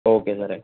okay സാറെ